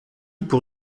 pour